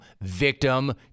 victim